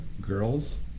girls